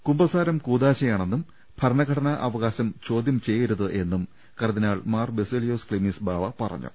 കുമ്പസാരം കൂദാശയാണെന്നും ഭരണഘടനാ അവകാശം ചോദ്യം ചെയ്യരുതെന്നും കർദിനാൾ മാർ ബസേലിയോസ് ക്ലിമ്മീസ് ബാവ പറഞ്ഞു